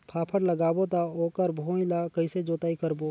फाफण लगाबो ता ओकर भुईं ला कइसे जोताई करबो?